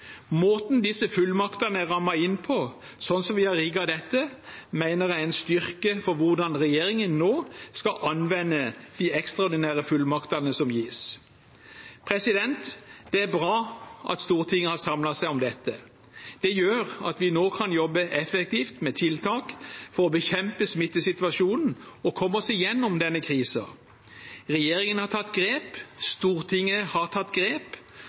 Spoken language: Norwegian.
Måten disse fullmaktene er rammet inn på, slik som vi har rigget dette, mener jeg er en styrke for hvordan regjeringen nå skal anvende de ekstraordinære fullmaktene som gis. Det er bra at Stortinget har samlet seg om dette. Det gjør at vi nå kan jobbe effektivt med tiltak for å bekjempe smittesituasjonen og komme oss gjennom denne krisen. Regjeringen har tatt grep, Stortinget har tatt grep.